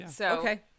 Okay